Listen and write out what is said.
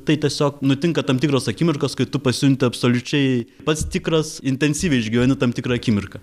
tai tiesiog nutinka tam tikros akimirkos kai tu pasijunti absoliučiai pats tikras intensyviai išgyveni tam tikrą akimirką